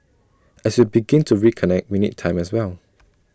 as we begin to reconnect we need time as well